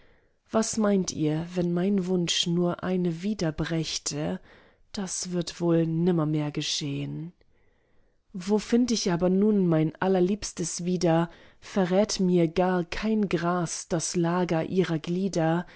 was meint ihr wenn mein wunsch nur eine wieder brächte das wird wohl nimmermehr geschehn wo find ich aber nun mein allerliebstes wieder verrät mir gar kein gras das lager ihrer glieder